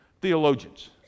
theologians